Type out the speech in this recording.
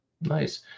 nice